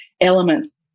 elements